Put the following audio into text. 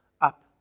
Up